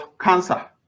cancer